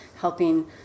helping